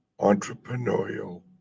entrepreneurial